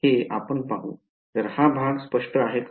तर हा भाग स्पष्ट आहे का